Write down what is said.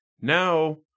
Now